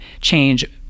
change